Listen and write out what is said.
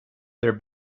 their